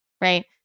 Right